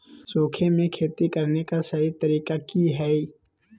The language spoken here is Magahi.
सूखे में खेती करने का सही तरीका की हैय?